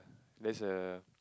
there's a